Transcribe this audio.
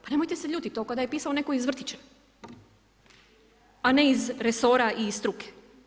Pa nemojte se ljutiti, to kao da je pisao netko iz vrtića a ne iz resora i iz struke.